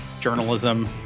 journalism